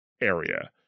area